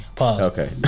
okay